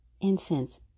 incense